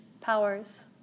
powers